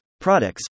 products